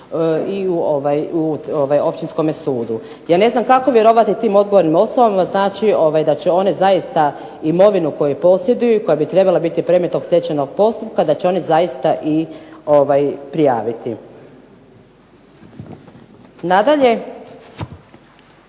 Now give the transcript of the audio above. i u općinskome sudu. Ja ne znam kako vjerovati tim odgovornim osobama, znači da će one zaista imovinu koje posjeduju, koja bi trebala biti predmet tog stečajnog postupka, da će one zaista i prijaviti. Nadalje,